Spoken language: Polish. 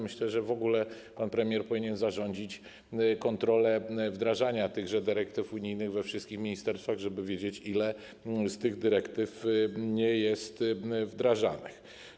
Myślę, że w ogóle pan premier powinien zarządzić kontrolę wdrażania dyrektyw unijnych we wszystkich ministerstwach, żeby wiedzieć, ile z nich jest wdrażanych.